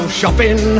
shopping